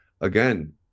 again